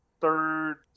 third